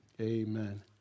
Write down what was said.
Amen